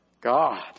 God